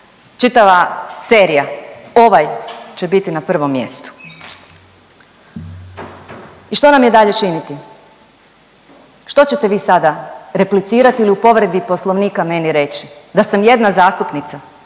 čitava serija, ovaj će biti na prvom mjestu i što nam je dalje činiti? Što ćete vi sada, replicirati ili u povredi poslovnika meni reći, da sam jedna zastupnica,